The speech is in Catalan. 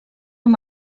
amb